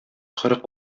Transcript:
кырык